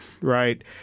right